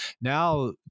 Now